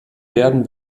werden